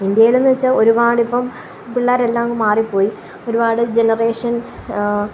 ഇന്ത്യയിലെന്നു വെച്ചാല് ഒരുപാടിപ്പോള് പിള്ളേരെല്ലാം അങ്ങ് മാറിപ്പോയി ഒരുപാട് ജനറേഷന്